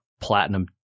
platinum